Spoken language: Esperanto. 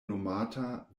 nomata